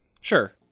Sure